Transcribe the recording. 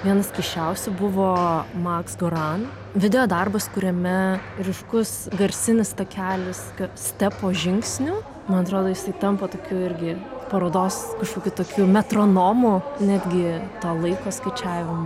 vienas keisčiausių buvo maks goran videodarbas kuriame ryškus garsinis takelis kad stepo žingsnių man atrodo jisai tampa tokiu irgi parodos kažkokiu tokiu metronomu netgi to laiko skaičiavimu